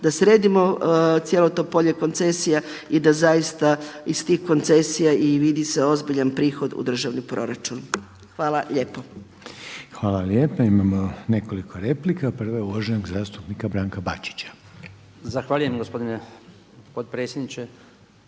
da sredimo cijelo to polje koncesija i da zaista iz tih koncesija i vidi se ozbiljan prihod u državni proračun. Hvala lijepo. **Reiner, Željko (HDZ)** Hvala lijepo. Imamo nekoliko replika. Prva je uvaženog zastupnika Branka Bačića. **Bačić, Branko